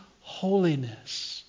holiness